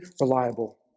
reliable